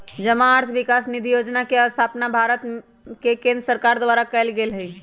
जमा अर्थ विकास निधि जोजना के स्थापना भारत के केंद्र सरकार द्वारा कएल गेल हइ